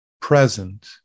present